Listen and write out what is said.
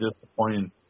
disappointing